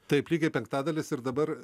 taip lygiai penktadalis ir dabar